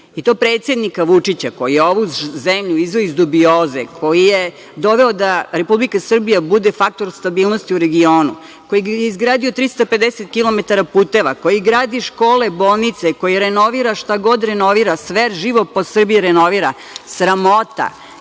i to predsednika Vučića, koji je ovu zemlju izveo iz dubioze, koji je doveo da Republika Srbija bude faktor stabilnosti u regionu, koji je izgradio 350 km puteva, koji gradi škole, bolnice, koji renovira šta god renovira, sve živo po Srbiji renovira, sramota. Ja